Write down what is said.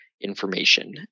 information